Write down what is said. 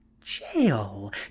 jail